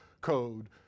code